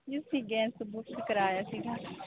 ਜੀ ਅਸੀਂ gas booking ਕਰਵਾਇਆ ਸੀਗਾ